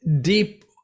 deep